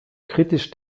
kritisch